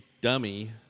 dummy